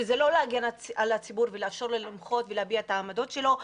שזה לא להגן על הציבור ולאפשר לו למחות ולהביע את העמדות שלו,